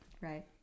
Right